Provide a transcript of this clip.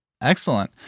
Excellent